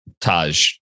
Taj